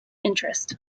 interest